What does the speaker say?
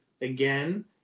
again